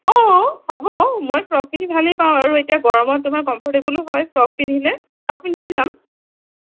অ হ'ব মই ফ্ৰক পিন্ধি ভালেই পাওঁ আৰু এতিয়া গৰমত তোমাৰ কমফৰটেবুলো হয় ফ্ৰক পিন্ধিলে ফ্ৰক পিন্ধিয়ে যাম